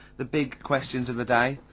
the big questions of the day,